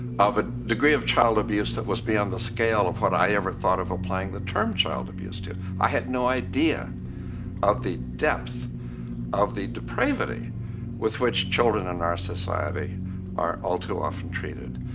of a degree of child abuse that was beyond the scale of what i ever thought of applying the term child abuse to. i had no idea of the depth of the depravity with which children in our society are all too often treated.